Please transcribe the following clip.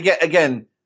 again